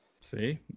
See